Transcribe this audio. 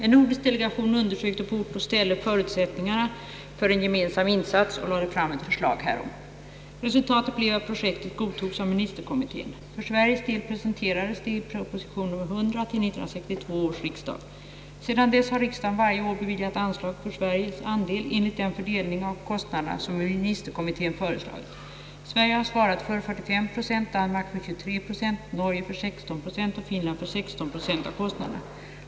En nordisk delegation undersökte på ort och ställe förutsättningarna för en gemensam insats och lade fram ett förslag härom. Resultatet blev att projektet godtogs av ministerkommittén. För Sveriges del presenterades det i proposition nr 100 till 1962 års riksdag. Sedan dess har riksdagen varje år beviljat anslag för Sveriges andel enligt den fördelning av kostnaderna som <ministerkommittén föreslagit. Sverige har svarat för 45 9, Danmark för 23 7, Norge för 16 Zo och Finland för 16 76 av kostnaderna.